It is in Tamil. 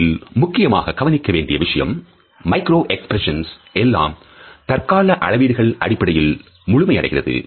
இதில் முக்கியமாக கவனிக்க வேண்டிய விஷயம் மைக்ரோ எக்ஸ்பிரஷன்ஸ் எல்லாம் தற்கால அளவீடுகள் அடிப்படையில் முழுமை அடைகிறது